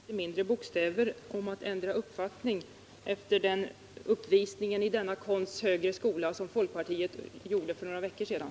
Herr talman! Jag tycker att Jörgen Ullenhag skall tala med litet mindre bokstäver om att andra partier ändrar uppfattning, efter den uppvisning i denna konsts högre skola som folkpartiet gjorde för några veckor sedan.